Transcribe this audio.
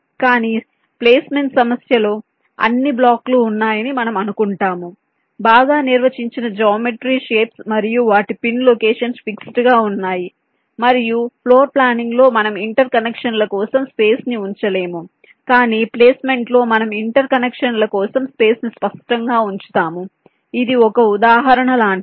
కానీ ప్లేస్మెంట్ సమస్యలో అన్ని బ్లాక్లు ఉన్నాయని మనం అనుకుంటాము బాగా నిర్వచించిన జామెట్రీ షేప్స్ మరియు వాటి పిన్ లొకేషన్స్ ఫిక్స్డ్ గా ఉన్నాయి మరియు ఫ్లోర్ ప్లానింగ్ లో మనము ఇంటర్ కనెక్షన్ల కోసం స్పేస్ ని ఉంచలేము కాని ప్లేస్మెంట్లో మనం ఇంటర్కనెక్షన్ల కోసం స్పేస్ ని స్పష్టంగా ఉంచుతాము ఇది ఒక ఉదాహరణ లాంటిది